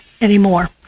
anymore